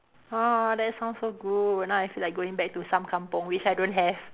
oh that sounds so good now I feel like going back to some kampung which I don't have